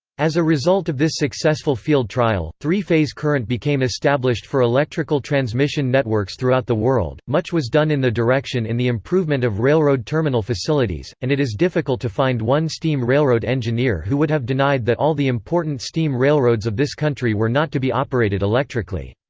as a result of this successful field trial, three-phase current became established for electrical transmission networks throughout the world much was done in the direction in the improvement of railroad terminal facilities, and it is difficult to find one steam railroad engineer who would have denied that all the important steam railroads of this country were not to be operated electrically.